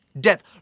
Death